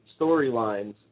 storylines